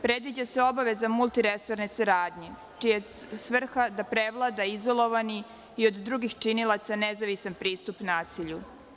Predviđa se obaveza multiresorne saradnje, čija je svrha da prevlada izolovani i od drugih činilaca nezavisan pristup nasilju.